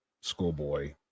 schoolboy